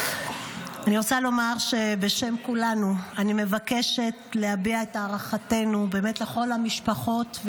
אני רוצה לומר בשם כולנו שאני מבקשת להביע את הערכתנו לכל המשפחות,